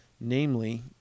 namely